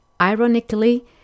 Ironically